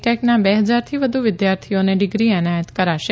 ટેકના બે હજારથી વધુ વિદ્યાર્થીઓને ડિગ્રી એનાયત કરાશે